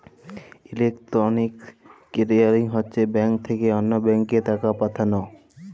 electronic clearing হছে bank থ্যাকে অল্য ব্যাংকে টাকা পাঠাল